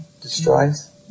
destroys